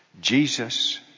Jesus